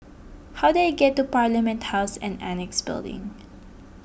how do I get to Parliament House and Annexe Building